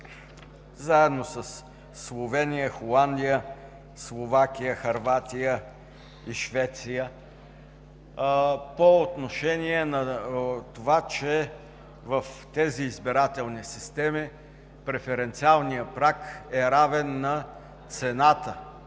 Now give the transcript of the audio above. заедно със Словения, Холандия, Словакия, Хърватия и Швеция по отношение на това, че в тези избирателни системи преференциалният праг е равен на цената,